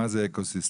מה זה Eco system?